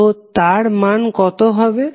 তো তার মান কত হবে